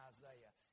Isaiah